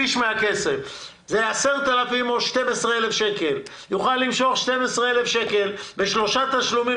שליש מהכסף שזה 10,000 או 12,000 שקלים שהוא יוכל למשוך בשלושה תשלומים